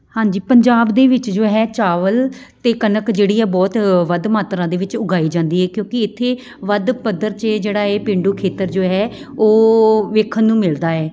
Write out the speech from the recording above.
ਹਾਂਜੀ ਪੰਜਾਬ ਦੇ ਵਿੱਚ ਜੋ ਹੈ ਚਾਵਲ ਅਤੇ ਕਣਕ ਜਿਹੜੀ ਹੈ ਬਹੁਤ ਵੱਧ ਮਾਤਰਾਂ ਦੇ ਵਿੱਚ ਉਗਾਈ ਜਾਂਦੀ ਹੈ ਕਿਉਂਕਿ ਇੱਥੇ ਵੱਧ ਪੱਧਰ 'ਚ ਜਿਹੜਾ ਇਹ ਪੇਂਡੂ ਖੇਤਰ ਜੋ ਹੈ ਉਹ ਵੇਖਣ ਨੂੰ ਮਿਲਦਾ ਹੈ